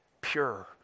pure